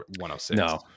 106